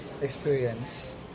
experience